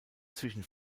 zwischen